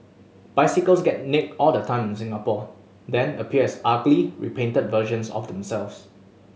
bicycles get nicked all the time in Singapore then appear as ugly repainted versions of themselves